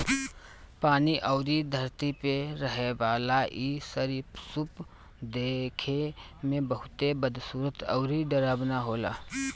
पानी अउरी धरती पे रहेवाला इ सरीसृप देखे में बहुते बदसूरत अउरी डरावना होला